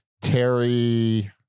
terry